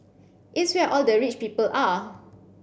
it's where all the rich people are